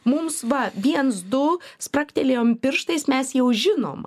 mums va viens du spragtelėjom pirštais mes jau žinom